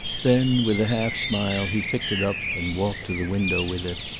then, with a half smile, he picked it up and walked to the window with it.